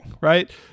right